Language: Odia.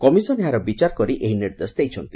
କମିଶନ ଏହାର ବିଚାର କରି ଏହି ନିର୍ଦ୍ଦେଶ ଦେଇଛନ୍ତି